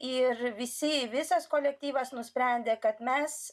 ir visi visas kolektyvas nusprendė kad mes